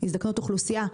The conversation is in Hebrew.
הזדקנות אוכלוסייה,